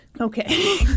Okay